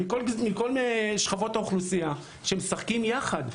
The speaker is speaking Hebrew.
מכל שכבות האוכלוסייה שמשחקים יחד.